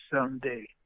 someday